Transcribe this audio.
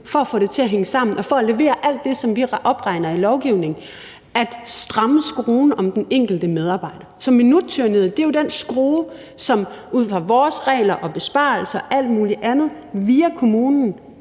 for at få det til at hænge sammen og for at levere alt det, som vi opregner i lovgivningen, at stramme skruen om den enkelte medarbejder. Så minuttyranniet er jo den skrue, som ud fra vores regler og besparelser og alt muligt andet via kommunen